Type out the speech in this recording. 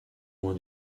loin